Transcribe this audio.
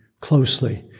closely